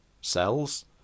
cells